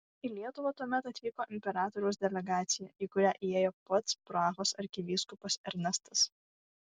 į lietuvą tuomet atvyko imperatoriaus delegacija į kurią įėjo pats prahos arkivyskupas ernestas